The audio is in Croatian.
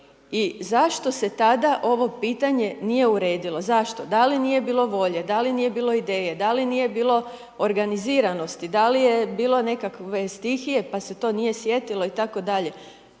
i zašto se tada ovo pitanje nije uredilo? Zašto? Da li nije bilo volje, da li nije bilo ideje, da li nije bilo organiziranosti, da li je bilo nekakve stihije pa se to nije sjetilo, i tako dalje?